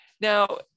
Now